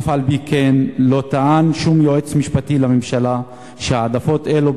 אף-על-פי-כן לא טען שום יועץ משפטי לממשלה שהעדפות אלו